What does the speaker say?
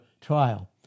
trial